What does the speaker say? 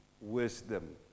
Wisdom